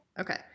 Okay